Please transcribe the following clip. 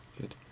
Good